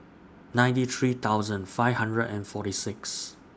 ninety three thousand five hundred and forty six